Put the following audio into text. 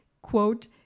quote